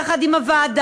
יחד עם הוועדה,